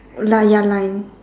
la~ ya line